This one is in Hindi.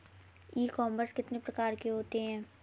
ई कॉमर्स कितने प्रकार के होते हैं?